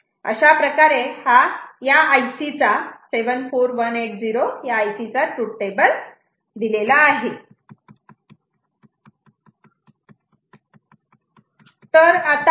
अशाप्रकारे IC 74180 चा truth table काम करेल